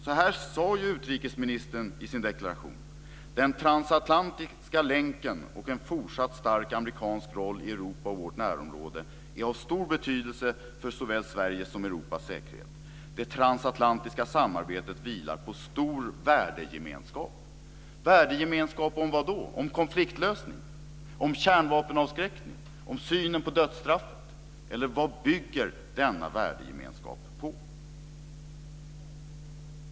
Så här sade utrikesministern i sin deklaration: "Den transatlantiska länken, och en fortsatt stark amerikansk roll i Europa och vårt närområde, är av stor betydelse för såväl Sveriges som Europas säkerhet. - Det transatlantiska samarbetet vilar på stor värdegemenskap ." Värdegemenskap om vad? Om konfliktlösning? Om kärnvapenavskräckning? Om synen på dödsstraffet? Vad bygger denna värdegemenskap på?